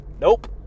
Nope